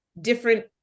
different